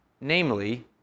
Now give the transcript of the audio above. namely